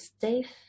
safe